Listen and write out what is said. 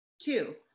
Two